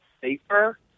safer